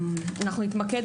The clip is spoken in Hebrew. נתמקד